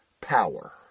power